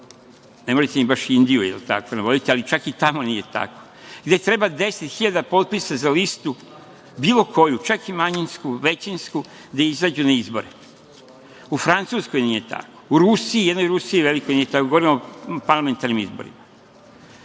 ne morate mi baš Indiju ili tako nešto navoditi, ali čak i tamo nije tako, gde treba 10.000 potpisa za listu, bilo koju, čak i manjinsku, većinsku, da izađu na izbore. U Francuskoj nije tako. U Rusiji, jednoj velikoj Rusiji nije tako, govorim o parlamentarnim izborima.